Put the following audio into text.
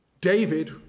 David